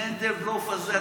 מנדלבלוף הזה,